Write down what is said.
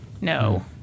No